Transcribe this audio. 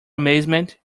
amazement